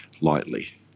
lightly